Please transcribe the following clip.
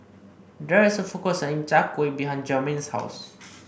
there is a food court selling Chai Kuih behind Jermain's house